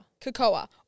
Cocoa